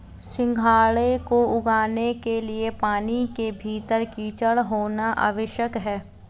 सिंघाड़े को उगाने के लिए पानी के भीतर कीचड़ होना आवश्यक है